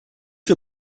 wir